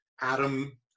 Adam